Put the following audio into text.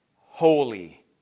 holy